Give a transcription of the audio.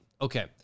okay